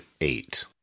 eight